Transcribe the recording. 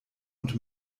und